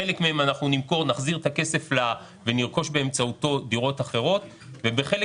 חלק מהן אנחנו נמכור ובאמצעות הכסף נרכוש דירות אחרות ובחלק